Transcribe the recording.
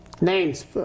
names